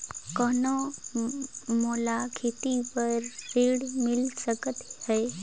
कौन मोला खेती बर ऋण मिल सकत है?